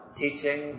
teaching